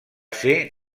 ser